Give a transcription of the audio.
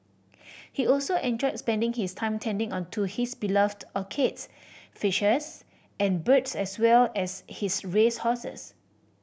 he also enjoyed spending his time tending on to his beloved orchids fishes and birds as well as his race horses